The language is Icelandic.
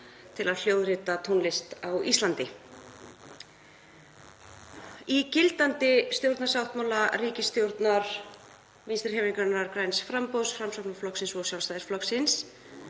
til að hljóðrita tónlist á Íslandi. Í gildandi stjórnarsáttmála ríkisstjórnar Vinstrihreyfingarinnar – græns framboðs, Framsóknarflokksins og Sjálfstæðisflokksins